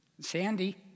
Sandy